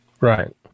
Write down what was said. Right